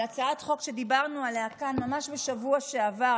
על הצעת חוק שדיברנו עליה כאן ממש בשבוע שעבר.